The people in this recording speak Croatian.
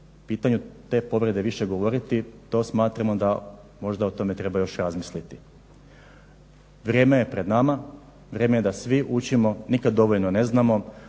pitanju te povrede više govoriti, to smatramo da možda o tome treba još razmisliti. Vrijeme je pred nama, vrijeme je da svi učimo, nikad dovoljno ne znamo,